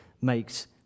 makes